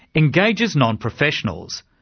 engages non-professionals,